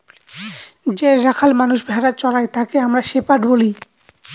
যে রাখাল মানষ ভেড়া চোরাই তাকে আমরা শেপার্ড বলি